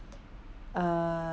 uh